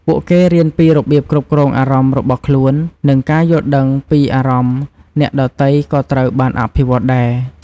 ពួកគេរៀនពីរបៀបគ្រប់គ្រងអារម្មណ៍របស់ខ្លួន ពីការយល់ដឹងពីអារម្មណ៍អ្នកដទៃក៏ត្រូវបានអភិវឌ្ឍដែរ។